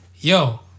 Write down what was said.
Yo